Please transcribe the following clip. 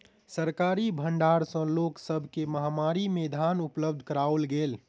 सरकारी भण्डार सॅ लोक सब के महामारी में धान उपलब्ध कराओल गेल